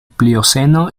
plioceno